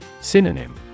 Synonym